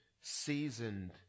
seasoned